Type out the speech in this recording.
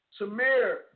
Samir